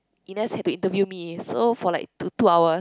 Ernest had to interview me so for like two two hours